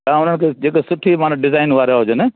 तां हुननि खे जेकी सुठी माना डिजाइन वारा हुजनि